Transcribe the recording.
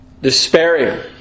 despairing